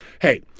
Hey